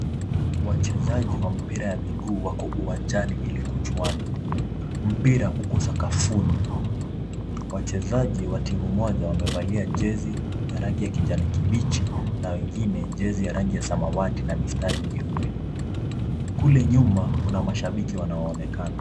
Wachezaji wa mpira wa miguu wako uwanjani ili kuchuana. Mpira uko sakafuni. Wachezaji wa timu moja wamevalia jezi ya rangibya kijani kibichi na wengine jezi ya rangi ya samawati na mistari nyeupe. Kule nyuma kuna mashabiki wanaonekana.